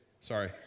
sorry